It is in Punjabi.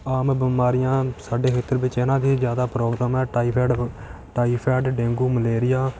ਆਮ ਬਿਮਾਰੀਆਂ ਸਾਡੇ ਖੇਤਰ ਵਿੱਚ ਇਹਨਾਂ ਦੀ ਜ਼ਿਆਦਾ ਪ੍ਰੋਬਲਮ ਹੈ ਟਾਈਫੈਡ ਟਾਈਫੈਡ ਡੇਂਗੂ ਮਲੇਰੀਆ